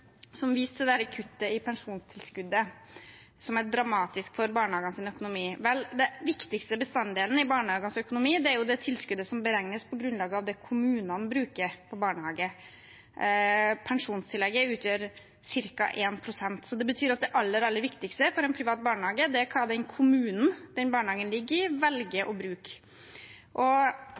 som viste til kuttet i pensjonstilskuddet som dramatisk for barnehagenes økonomi. Vel, den viktigste bestanddelen i barnehagenes økonomi er jo det tilskuddet som beregnes på grunnlag av det kommunene bruker på barnehage. Pensjonstillegget utgjør ca. 1 pst. Det betyr at det aller, aller viktigste for en privat barnehage er hva den kommunen som barnehagen ligger i, velger å bruke.